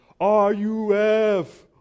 RUF